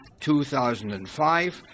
2005